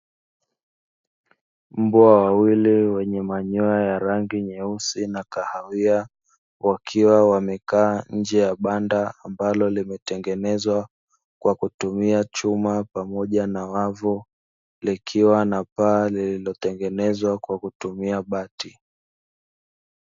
Mbwa wawili wenye manyoya ya rangi nyeusi na kahawia wakiwa wamekaa nje ya banda, ambalo limetengenezwa kwa kutumia chuma pamoja na wavu likiwa na paa lililotengenezwa kwa kutumia bati.